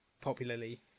popularly